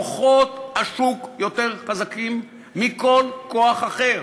כוחות השוק יותר חזקים מכל כוח אחר.